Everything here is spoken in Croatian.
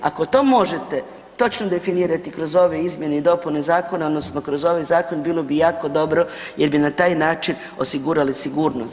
Ako to možete, točno definirati kroz ove izmjene i dopune zakona odnosno kroz ovaj zakon, bilo bi jako dobro jer bi na taj način osigurali sigurnost.